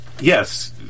Yes